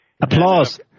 Applause